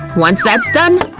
once that's done,